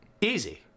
Easy